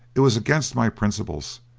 it was against my principles,